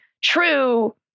true